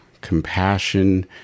compassion